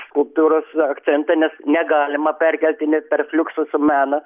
skulptūros akcentą nes negalima perkeltinėt per fliuksus meną